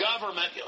government